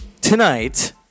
tonight